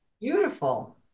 Beautiful